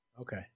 Okay